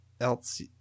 else